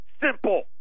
simple